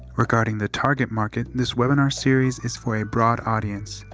regarding the target market, this webinar series is for a broad audience.